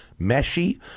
meshy